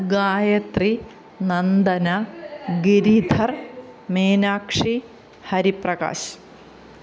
Gayathri Nandana Giridhar Meenakshi Hariprakash